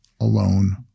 alone